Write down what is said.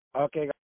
Okay